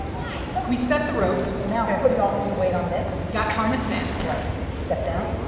what? we set the ropes. now put all your weight on this. got harnessed in. right. step down.